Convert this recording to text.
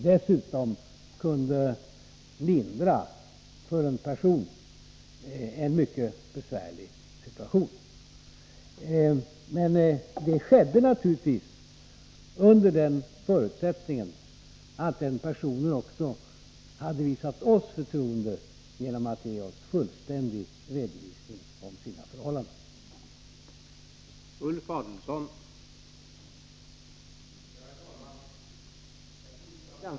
Dessutom kunde vi lindra en mycket besvärlig situation för en person. Men det skedde naturligtvis under den förutsättningen att den personen också hade visat oss förtroende genom att ge oss fullständig redovisning om sina förhållanden.